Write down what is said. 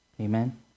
Amen